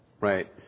Right